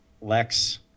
Lex